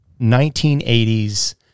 1980s